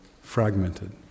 fragmented